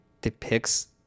depicts